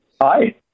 Hi